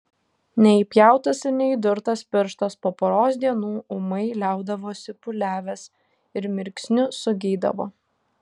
neįpjautas ir neįdurtas pirštas po poros dienų ūmai liaudavosi pūliavęs ir mirksniu sugydavo